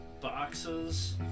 boxes